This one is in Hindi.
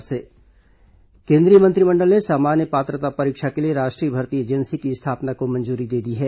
केंद्रीय मंत्रिमंडल मंजूरी केंद्रीय मंत्रिमंडल ने सामान्य पात्रता परीक्षा के लिए राष्ट्रीय भर्ती एजेंसी की स्थापना को मंजूरी दे दी है